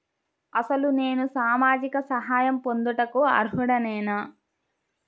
అసలు నేను సామాజిక సహాయం పొందుటకు అర్హుడనేన?